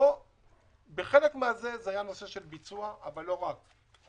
חלק מהבעיה הייתה הביצוע, אבל לא רק.